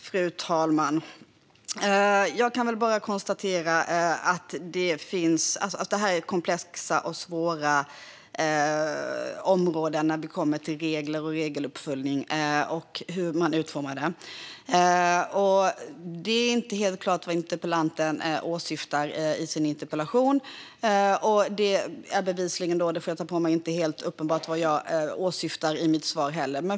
Fru talman! Jag kan bara konstatera att regler, regeluppföljning och hur man utformar detta är komplexa och svåra områden. Det är inte helt klart vad interpellanten åsyftar i sin interpellation, och bevisligen är det inte heller - det får jag ta på mig - helt uppenbart vad jag åsyftar i mitt svar.